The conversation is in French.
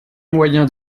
moyen